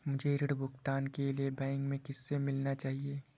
मुझे ऋण भुगतान के लिए बैंक में किससे मिलना चाहिए?